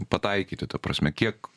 pataikyti ta prasme kiek